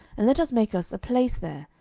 and let us make us a place there,